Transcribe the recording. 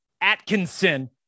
Atkinson